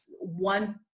one